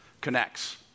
connects